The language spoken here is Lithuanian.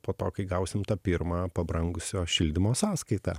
po to kai gausim tą pirmą pabrangusio šildymo sąskaitą